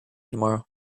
tomorrow